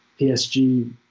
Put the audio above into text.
PSG